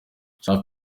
safi